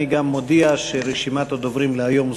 אני גם מודיע שרשימת הדוברים להיום סגורה.